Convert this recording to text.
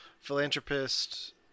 philanthropist